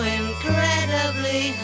incredibly